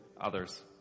others